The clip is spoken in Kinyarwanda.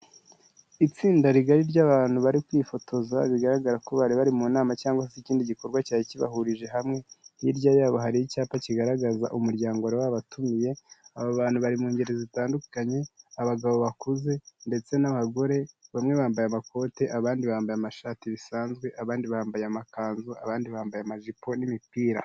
Itsinda rigari ry'abantu bari kwifotoza bigaragara ko bari bari mu nama cyangwa se ikindi gikorwa cyari kibahurije hamwe. Hirya yabo hari icyapa kigaragaza umuryango wari wabatumiye. Aba bantu bari mu ngeri zitandukanye, abagabo bakuze ndetse n'abagore. Bamwe bambaye amakote, abandi bambaye amashati bisanzwe, abandi bambaye amakanzu, abandi bambaye amajipo n'imipira.